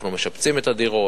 אנחנו משפצים את הדירות,